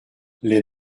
les